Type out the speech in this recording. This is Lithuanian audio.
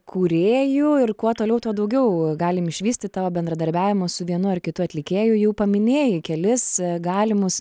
kūrėju ir kuo toliau tuo daugiau galim išvysti tavo bendradarbiavimą su vienu ar kitu atlikėju jau paminėjai kelis galimus